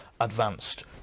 advanced